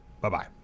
Bye-bye